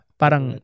parang